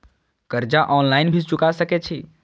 कर्जा ऑनलाइन भी चुका सके छी?